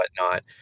whatnot